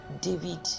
David